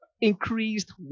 increased